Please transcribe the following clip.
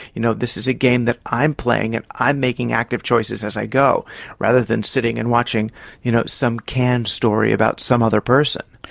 you know, this is a game that i'm playing and i'm making active choices as i go rather than sitting and watching you know some canned story about some other person.